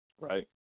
Right